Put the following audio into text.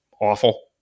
awful